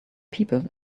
people